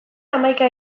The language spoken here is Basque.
hamaika